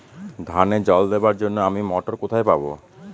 ধানে জল দেবার জন্য আমি মটর কোথায় পাবো?